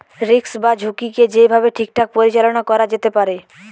risk বা ঝুঁকিকে যেই ভাবে ঠিকঠাক পরিচালনা করা যেতে পারে